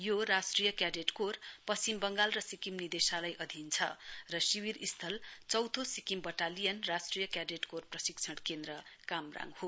यो राष्ट्रिय cadet corps Paschim Bangal र सिक्किम निदेशालय अधिन छ र शिविर स्थल चौथो सिक्किम बटालियन राष्ट्रिय क्याडेट कोर प्रशिक्षण केन्द्र कामराङ हो